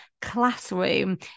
classroom